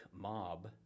mob